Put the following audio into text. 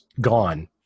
gone